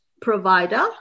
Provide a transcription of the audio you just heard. provider